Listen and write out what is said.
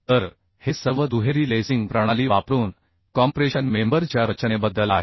तर हे सर्व दुहेरी लेसिंग प्रणाली वापरून कॉम्प्रेशन मेंबर च्या रचनेबद्दल आहे